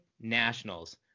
nationals